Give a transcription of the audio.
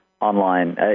online